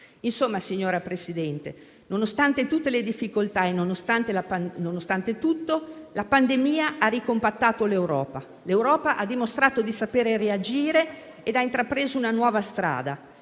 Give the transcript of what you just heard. Insomma, signora Presidente, nonostante tutte le difficoltà e nonostante tutto, la pandemia ha ricompattato l'Europa. L'Europa ha dimostrato di saper reagire ed ha intrapreso una nuova strada.